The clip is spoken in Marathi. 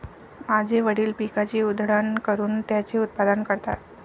माझे वडील पिकाची उधळण करून त्याचे उत्पादन करतात